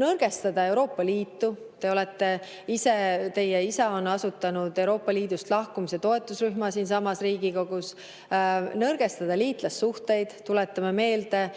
nõrgestada Euroopa Liitu – te olete ise või teie isa on asutanud Euroopa Liidust lahkumise toetusrühma siinsamas Riigikogus –; nõrgestada liitlassuhteid – tuletame meelde: